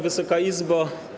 Wysoka Izbo!